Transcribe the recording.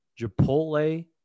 Chipotle